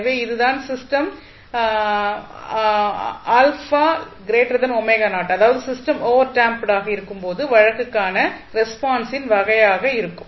எனவே இது தான் சிஸ்டம் அதாவது சிஸ்டம் ஓவர் டேம்ப்டு இருக்கும் போது வழக்குக்கான ரெஸ்பான்ஸின் வகையாக இருக்கும்